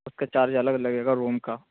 اس کا چارج الگ لگے گا روم کا